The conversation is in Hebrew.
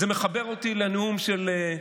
זה מחבר אותי לנאום של,